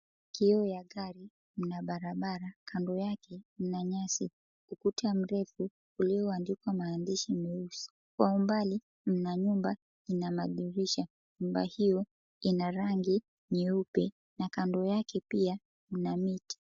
Kioo ya gari, mna barabara. Kando yake mna nyasi, ukuta mrefu ulioandikwa maandishi meusi. Kwa umbali mna nyumba ina madirisha. Nyumba hiyo ina rangi nyeupe na kando yake pia mna miti.